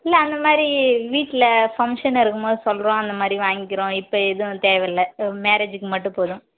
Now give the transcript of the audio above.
இல்லை அந்த மாதிரி வீட்டில் ஃபங்க்ஷன் இருக்கும்போது சொல்கிறோம் அந்த மாதிரி வாங்கிறோம் இப்போ எதுவும் தேவை இல்லை மேரேஜிக்கு மட்டும் போதும்